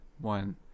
one